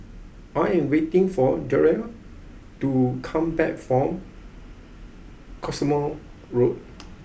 I am waiting for Jerrell to come back from Cottesmore Road